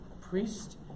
priest